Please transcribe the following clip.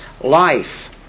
Life